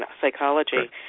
psychology